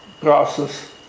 process